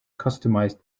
customized